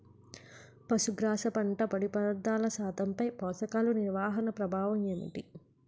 పశుగ్రాస పంట పొడి పదార్థాల శాతంపై పోషకాలు నిర్వహణ ప్రభావం ఏమిటి?